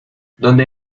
donde